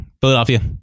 Philadelphia